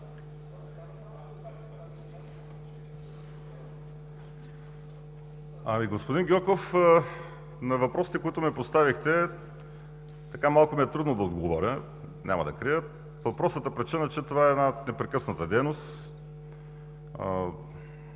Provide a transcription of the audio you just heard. Господин Гьоков, на въпросите, които ми поставихте, малко ми е трудно да отговоря, няма да крия, по простата причина, че това е една непрекъсната дейност.